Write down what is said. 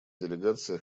делегация